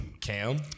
Cam